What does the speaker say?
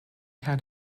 had